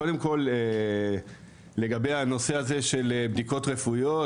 קודם כל לגבי הנושא של בדיקות רפואיות